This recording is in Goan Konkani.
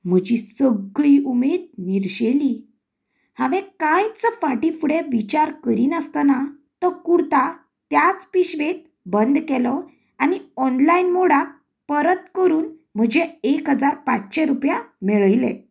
म्हजी सगळीं उमेद निर्शेली हांवे कांयच फाटी फुडें विचार करिनासतना तो कुर्ता त्याच पिशवेंत बंद केलो आनी ऑनलायन मोडाक परत करून म्हजे एक हजार पाचशें रुपया मेळयले